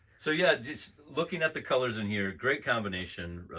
so yeah, just looking at the colors in here, great combination,